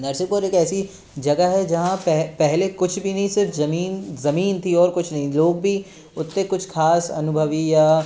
नरसिंहपुर एक ऐसी जगह है जहाँ पहले कुछ भी नहीं सिर्फ ज़मीन ज़मीन थी और कुछ नहीं लोग भी उतने कुछ खास अनुभवी या